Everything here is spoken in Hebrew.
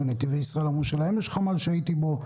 ונתיבי ישראל אמרו שלהם יש חמ"ל שהייתי בו.